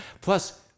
plus